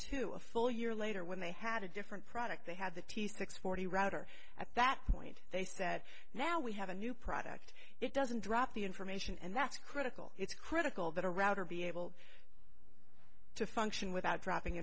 two a full year later when they had a different product they had the t six forty router at that point they said now we have a new product it doesn't drop the information and that's critical it's critical that a router be able to function without dropping